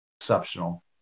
exceptional